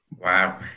Wow